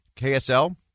KSL